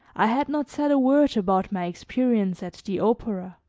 i had not said a word about my experience at the opera.